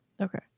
Okay